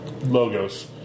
Logos